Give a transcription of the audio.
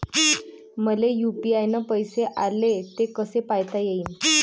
मले यू.पी.आय न पैसे आले, ते कसे पायता येईन?